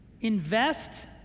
Invest